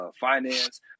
finance